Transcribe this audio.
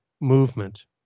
movement